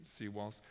seawalls